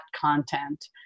content